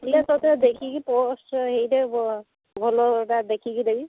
ଥିଲେ ତୋତେ ଦେଖିକି ପୋଷ୍ଟ ହେଇଟା ଭଲଟା ଦେଖିକି ଦେବି